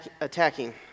attacking